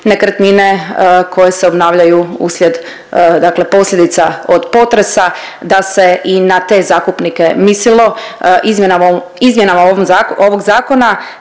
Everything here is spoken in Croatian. nekretnine koje se obnavljaju uslijed dakle posljedica od potresa, da se i na te zakupnike mislilo izmjenama ovog zakona